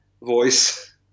voice